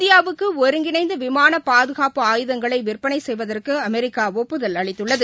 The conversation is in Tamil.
இந்தியாவுக்குஒருங்கிணைந்தவிமானபாதுகாப்பு ஆயுதங்களைவிற்பனைசெய்வதற்குஅமெரிக்காஒப்புதல் அளித்துள்ளது